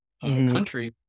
country